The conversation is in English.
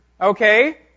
Okay